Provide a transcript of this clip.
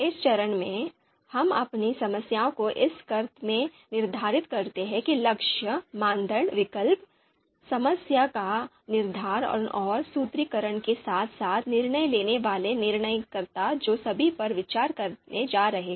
इस चरण में हम अपनी समस्या को इस अर्थ में निर्धारित करते हैं कि लक्ष्य मानदंड विकल्प समस्या का निर्धारण और सूत्रीकरण के साथ साथ निर्णय लेने वाले निर्णयकर्ता जो सभी पर विचार करने जा रहे हैं